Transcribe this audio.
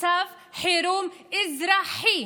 מצב חירום אזרחי,